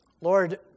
Lord